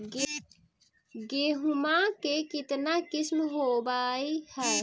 गेहूमा के कितना किसम होबै है?